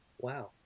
Wow